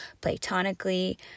platonically